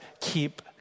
keep